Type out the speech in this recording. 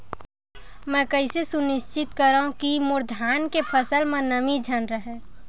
मैं कइसे सुनिश्चित करव कि मोर धान के फसल म नमी झन रहे?